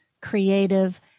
creative